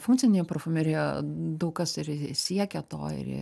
funkcinėje parfumerijoje daug kas ir siekia to ir